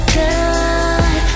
good